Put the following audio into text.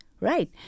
Right